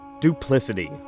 Duplicity